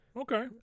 okay